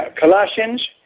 Colossians